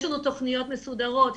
יש לנו תכניות מסודרות,